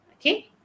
Okay